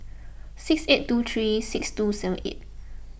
six eight two three six two seven eight